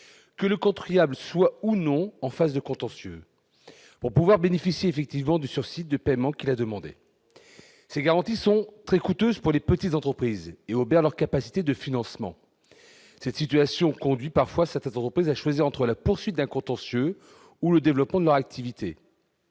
que le contribuable soit ou non en face de contentieux pour pouvoir bénéficier effectivement du sursis de paiement qui l'a demandé ces garanties sont très coûteuses pour les petites entreprises et obère leur capacité de financement cette situation conduit parfois, ça fait à choisir entre la poursuite d'un contentieux ou le développement de leur activité.